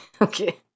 Okay